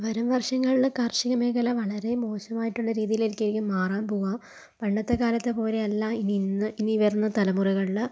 വരും വർഷങ്ങളില് കാർഷികമേഖല വളരെ മോശമായിട്ടുള്ള രീതിയിലേക്ക് ആയിരിക്കും മാറാൻ പോകുക പണ്ടത്തെക്കാലത്തെ പോലെ അല്ല ഇനി ഇന്ന് ഇനി വരുന്ന തലമുറകളില്